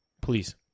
please